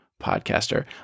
podcaster